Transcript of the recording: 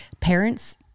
parents